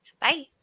Bye